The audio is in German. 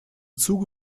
zuge